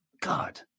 God